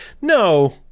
no